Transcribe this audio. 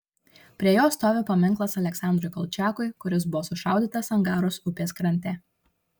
prie jo stovi paminklas aleksandrui kolčiakui kuris buvo sušaudytas angaros upės krante